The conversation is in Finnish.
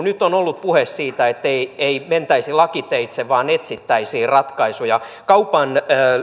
nyt on ollut puhe siitä että ei mentäisi lakiteitse vaan etsittäisiin ratkaisuja kaupan